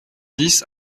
dix